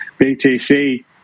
BTC